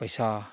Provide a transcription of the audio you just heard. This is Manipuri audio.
ꯄꯩꯁꯥ